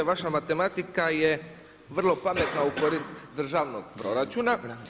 Vaša matematika je vrlo pametna u korist državnog proračuna.